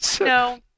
No